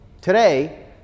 today